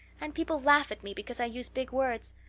and people laugh at me because i use big words.